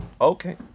Okay